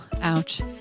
ouch